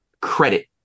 credit